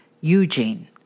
Eugene